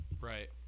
right